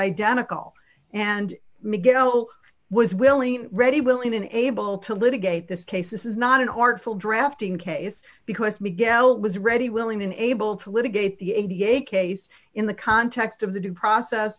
identical and miguel was willing ready willing and able to litigate this case this is not an artful drafting case because miguel was ready willing and able to litigate the a b a case in the context of the due process